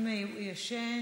אם הוא ישן,